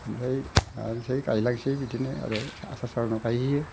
ओमफ्राय हानोसै गायलांसै बिदिनो आरो आसार सावोनाव गायहैयो